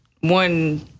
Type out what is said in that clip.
one